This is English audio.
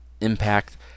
Impact